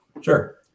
Sure